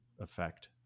effect